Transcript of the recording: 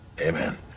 Amen